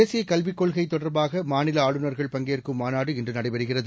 தேசியகல்விக் கொள்கைதொடர்பாகமாநிலஆளுநர்கள் பங்கேற்கும் மாநாடு இன்றுநடைபெறுகிறது